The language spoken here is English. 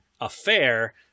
affair